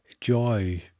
joy